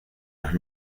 las